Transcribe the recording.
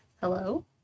Hello